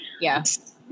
Yes